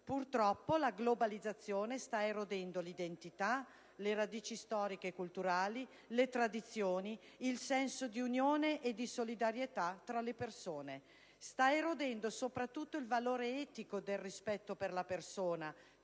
La globalizzazione sta erodendo l'identità, le radici storiche e culturali, le tradizioni, il senso di unione e di solidarietà tra le persone, e soprattutto il valore etico del rispetto per la persona,